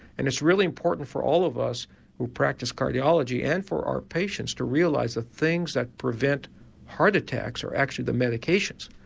and it's really important for all of us who practise cardiology and for our patients to realise the things that prevent heart attacks are actually the medications.